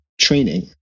training